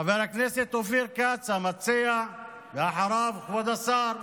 חבר הכנסת אופיר כץ, המציע, ואחריו כבוד השר,